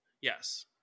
Yes